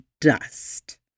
dust